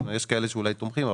יש כאלה שאולי תומכים,